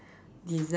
design